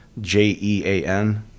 J-E-A-N